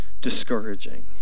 discouraging